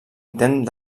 intent